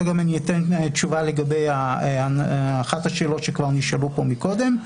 אתן גם תשובה לגבי אחת השאלות שכבר נשאלו פה קודם.